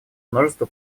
множество